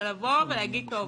של להגיד: טוב,